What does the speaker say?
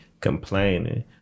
complaining